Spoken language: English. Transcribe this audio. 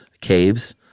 caves